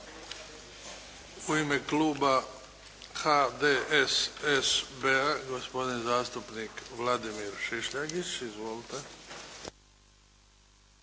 U ime kluba HDSSB-a gospodin zastupnik Vladimir Šišljagić. Izvolite.